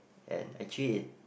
and actually it